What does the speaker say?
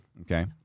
Okay